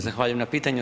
Zahvaljujem na pitanju.